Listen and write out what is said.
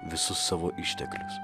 visus savo išteklius